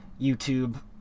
YouTube